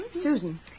Susan